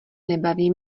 nebaví